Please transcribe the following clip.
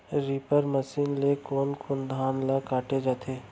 Reaper machine ले कोन कोन धान ल काटे जाथे?